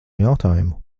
jautājumu